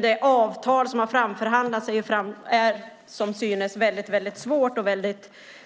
Det avtal som har framförhandlats är dock som synes väldigt